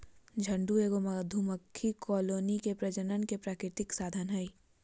झुंड एगो मधुमक्खी कॉलोनी के प्रजनन के प्राकृतिक साधन हइ